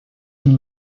and